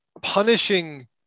Punishing